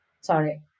sorry